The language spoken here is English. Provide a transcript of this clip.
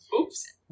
Oops